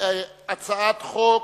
הצעת חוק